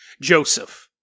Joseph